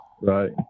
Right